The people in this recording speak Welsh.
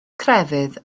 crefydd